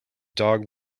dog